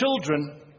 children